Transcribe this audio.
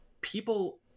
People